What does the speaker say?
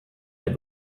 der